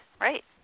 right